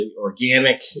organic